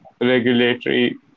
regulatory